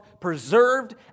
preserved